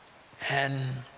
and,